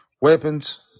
weapons